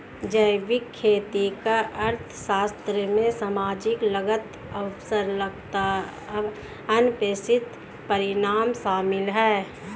जैविक खेती का अर्थशास्त्र में सामाजिक लागत अवसर लागत अनपेक्षित परिणाम शामिल है